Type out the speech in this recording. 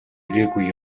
ирээгүй